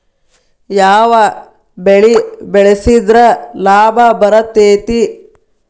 ಯಾವ ಬೆಳಿ ಬೆಳ್ಸಿದ್ರ ಲಾಭ ಬರತೇತಿ?